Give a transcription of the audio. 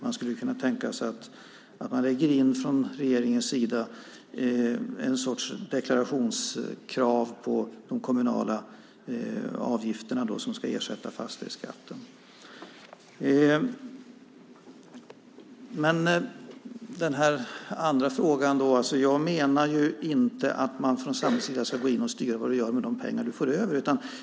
Man skulle kunna tänka sig att man från regeringens sida lägger in en sorts deklarationskrav på de kommunala avgifter som ska ersätta fastighetsskatten. När det gäller den andra frågan menar jag inte att man från samhällets sida ska gå in och styra vad du gör med de pengar du får över.